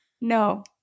no